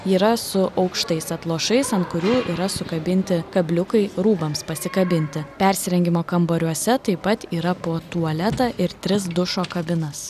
yra su aukštais atlošais ant kurių yra sukabinti kabliukai rūbams pasikabinti persirengimo kambariuose taip pat yra po tualetą ir tris dušo kabinas